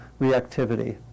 reactivity